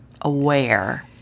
aware